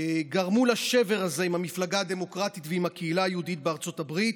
גרמו לשבר הזה עם המפלגה הדמוקרטית ועם הקהילה היהודית בארצות הברית,